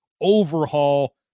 overhaul